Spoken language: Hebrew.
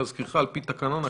להזכירך, על-פי תקנון הכנסת,